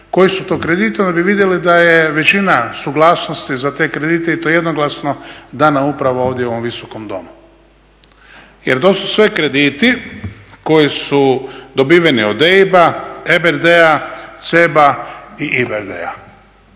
koji su to krediti, onda bi vidjeli da je većina suglasnosti za te kredite i to jednoglasno dana upravo ovdje u ovom Visokom domu. Jer to su sve krediti koji su dobiveni od EIB-a, EBRD-a, CEB-a i IBRD-a,